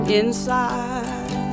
inside